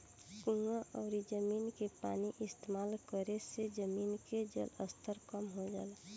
कुवां अउरी जमीन के पानी इस्तेमाल करे से जमीन के जलस्तर कम हो जाला